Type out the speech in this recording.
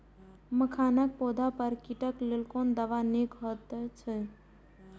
मखानक पौधा पर कीटक लेल कोन दवा निक होयत अछि?